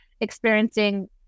experiencing